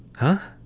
huh?